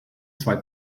zwei